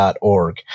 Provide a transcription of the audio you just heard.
org